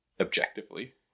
objectively